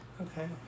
Okay